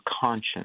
conscience